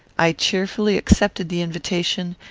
i cheerfully accepted the invitation,